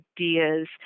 ideas